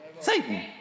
Satan